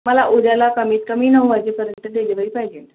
मला उद्याला कमीत कमी नऊ वाजेपर्यंत डिलेवरी पाहिजे